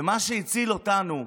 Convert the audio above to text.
ומה שהציל אותנו,